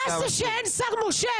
מה זה: אין שר מושך?